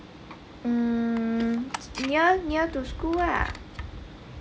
um near near to school lah